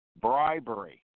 bribery